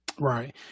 Right